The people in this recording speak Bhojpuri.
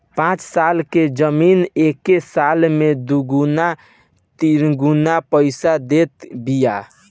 पाँच लाख के जमीन एके साल में दुगुना तिगुना पईसा देत बिया